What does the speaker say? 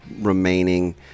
remaining